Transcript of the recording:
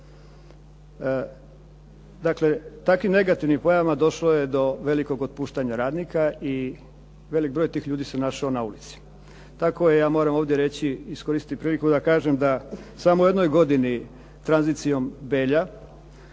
Dakle, takvim negativnim pojavama došlo je do velikog otpuštanja radnika i velik broj tih ljudi se našao na ulici. Tako je, ja moram reći, iskoristiti priliku da kažem da samo u jednoj godini tranzicijom Belja,